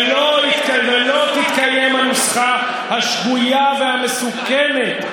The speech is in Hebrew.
ולא תתקיים הנוסחה השגויה והמסוכנת: